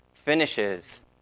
finishes